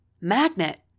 Magnet